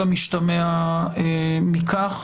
על כל המשתמע מכך.